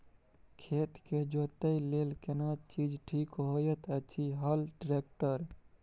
खेत के जोतय लेल केना चीज ठीक होयत अछि, हल, ट्रैक्टर?